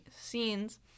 scenes –